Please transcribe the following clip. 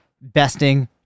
besting